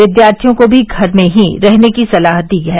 विद्यार्थियों को भी घर में ही रहने की सलाह दी है